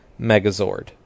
megazord